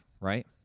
right